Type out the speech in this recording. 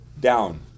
down